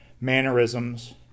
mannerisms